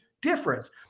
difference